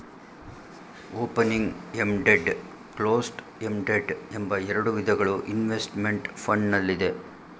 opening ended, closed ended ಎಂಬ ಎರಡು ವಿಧಗಳು ಇನ್ವೆಸ್ತ್ಮೆಂಟ್ ಫಂಡ್ ನಲ್ಲಿದೆ